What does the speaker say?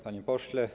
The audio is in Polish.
Panie Pośle!